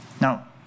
Now